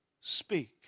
speak